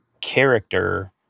character